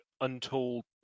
untold